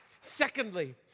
Secondly